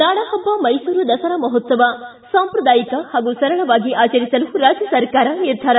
ನಾಡಹಬ್ಬ ಮೈಸೂರು ದಸರಾ ಮಹೋತ್ಸವ ಸಾಂಪ್ರದಾಯಿಕ ಹಾಗೂ ಸರಳವಾಗಿ ಆಚರಿಸಲು ರಾಜ್ಯ ಸರ್ಕಾರ ನಿರ್ಧಾರ